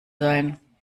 sein